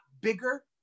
bigger